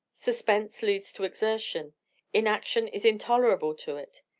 suspense leads to exertion inaction is intolerable to it.